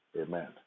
Amen